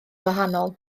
wahanol